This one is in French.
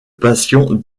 passion